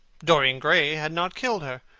dorian gray had not killed her.